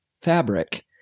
fabric –